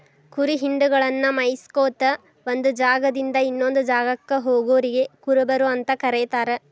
ಕುರಿ ಹಿಂಡಗಳನ್ನ ಮೇಯಿಸ್ಕೊತ ಒಂದ್ ಜಾಗದಿಂದ ಇನ್ನೊಂದ್ ಜಾಗಕ್ಕ ಹೋಗೋರಿಗೆ ಕುರುಬರು ಅಂತ ಕರೇತಾರ